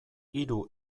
hiru